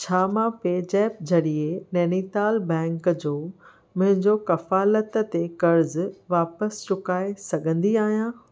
छा मां पेज़ेप्प ज़रिए नैनीताल बैंक जो मुंहिंजो कफ़ालत ते क़र्ज़ु वापसि चुकाए सघंदी आहियां